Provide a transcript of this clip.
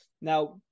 now